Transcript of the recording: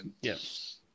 Yes